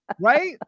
Right